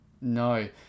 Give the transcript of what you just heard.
No